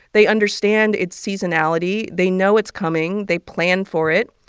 they understand its seasonality. they know it's coming. they plan for it.